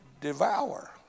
devour